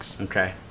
Okay